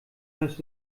hörst